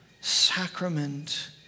Sacrament